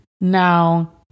Now